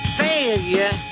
failure